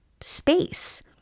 space